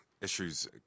issues